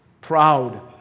proud